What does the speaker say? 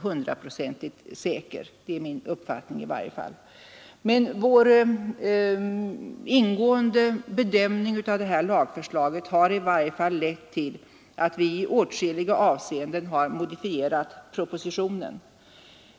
hundraprocentigt säker — det är min uppfattning i varje fall. Vår ingående bedömning av detta lagförslag har lett till att vi i åtskilliga avseenden har modifierat propositionen.